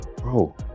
bro